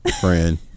friend